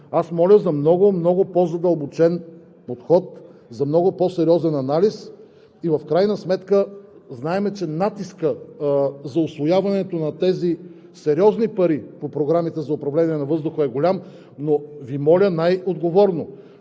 Аз моля за много, много по-задълбочен подход, за много по сериозен анализ! В крайна сметка знаем, че натискът за усвояването на тези сериозни пари по програмите за управление на въздуха е голям, но Ви моля най-отговорно: